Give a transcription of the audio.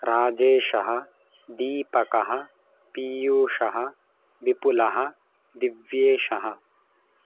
राजेशः दीपकः पीयूषः विपुलः दिव्येषः